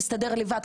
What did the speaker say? נסתדר לבד,